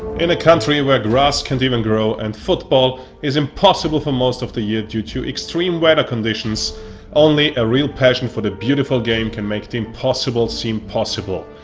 in a country where grass can't even grow and football is impossible for most of the year due to extreme weather conditions only a real passion for the beautiful game can make the impossible seem possible.